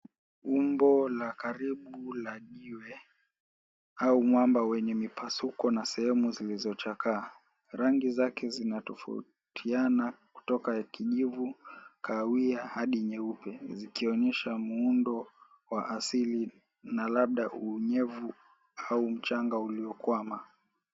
Umbo la karibu la jiwe au mwamba wenye mipasuko na sehemu zilizochakaa. Rangi zake zinatofautiana kutoka ya kijivu, kahawia hadi nyeupe zikionyesha muundo wa asili na labda unyevu au mchanga uliokwama.